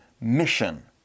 Mission